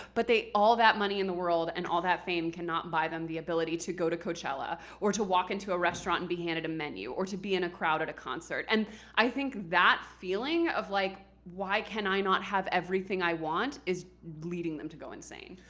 but all that money in the world and all that fame cannot buy them the ability to go to coachella or to walk into a restaurant and be handed a menu or to be in a crowd at a concert, and i think that feeling of like why can i not have everything i want is leading them to go insane.